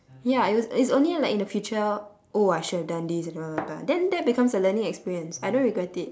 ya it was it's only in like the future oh I should have done this and blah blah blah blah then that becomes a learning experience I don't regret it